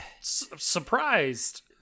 Surprised